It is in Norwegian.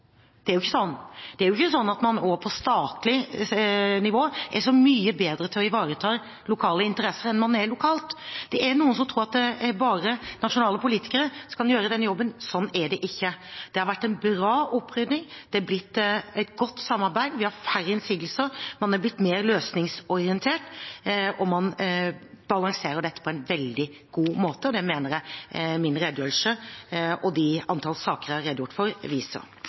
Det er jo ikke sånn. Det er ikke sånn at man på statlig nivå er så mye bedre til å ivareta lokale interesser enn man er lokalt. Det er noen som tror at det bare er nasjonale politikere som kan gjøre den jobben. Sånn er det ikke. Det har vært en bra opprydning, det er blitt et godt samarbeid, vi har færre innsigelser, man er blitt mer løsningsorientert, og man balanserer dette på en veldig god måte. Det mener jeg min redegjørelse og de antall saker jeg har redegjort for, viser.